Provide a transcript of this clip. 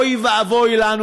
אוי ואבוי לנו.